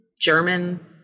German